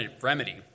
remedy